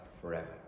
forever